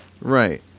Right